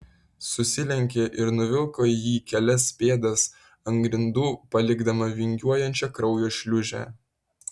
susilenkė ir nuvilko jį kelias pėdas ant grindų palikdama vingiuojančią kraujo šliūžę